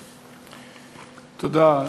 תודה.